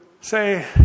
say